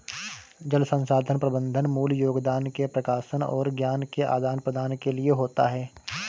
जल संसाधन प्रबंधन मूल योगदान के प्रकाशन और ज्ञान के आदान प्रदान के लिए होता है